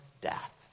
death